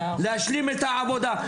להשלים את העבודה.